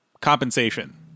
compensation